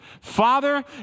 Father